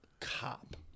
cop